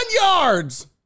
yards